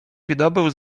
wydobył